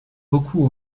beaucoup